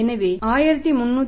எனவே 1318